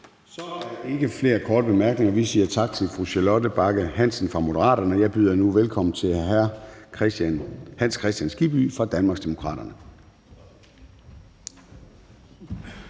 Så er der ikke flere korte bemærkninger. Vi siger tak til fru Charlotte Bagge Hansen fra Moderaterne. Jeg byder nu velkommen til hr. Hans Kristian Skibby fra Danmarksdemokraterne.